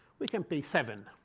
we can pay seven.